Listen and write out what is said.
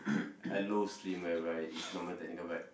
a low stream whereby is normal technical but